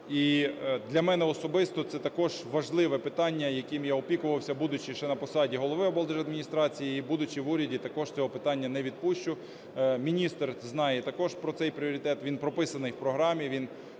для мене особисто це також важливе питання, яким я опікувався, будучи ще на посаді голови облдержадміністрації і, будучи в уряді, також це питання не відпущу. Міністр знає також про цей пріоритет, він прописаний в програмі, він є